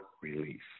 release